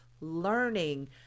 learning